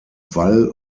wall